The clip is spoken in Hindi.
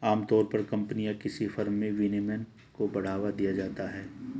आमतौर पर कम्पनी या किसी फर्म में विनियमन को बढ़ावा दिया जाता है